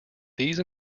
these